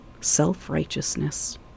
self-righteousness